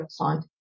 website